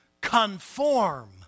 conform